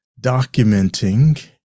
documenting